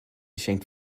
schenkt